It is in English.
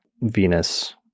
Venus